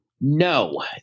No